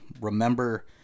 Remember